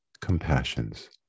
compassion's